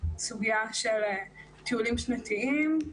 סוגיה של טיולים שנתיים,